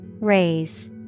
Raise